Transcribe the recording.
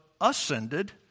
ascended